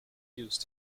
used